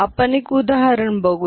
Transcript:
आपण एक उदाहरण बघुया